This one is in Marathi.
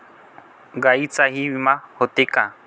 गायींचाही विमा होते का?